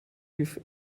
with